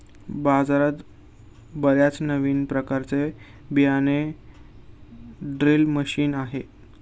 बाजारात बर्याच नवीन प्रकारचे बियाणे ड्रिल मशीन्स आहेत